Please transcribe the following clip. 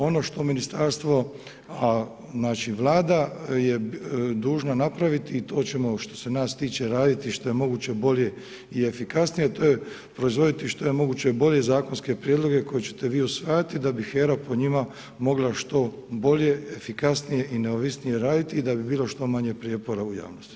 Ono što ministarstvo a naći vlada je dužna napraviti, to ćemo što se nas tiče raditi što je moguće bolje i efikasnije, a to je proizvoditi što je moguće bolje zakonske prijedloge koje ćete vi usvajati, da bi HERA po njima mogla što bolje, efikasnije i neovisnije raditi i da bi bilo što manje prijepora u javnosti.